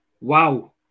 Wow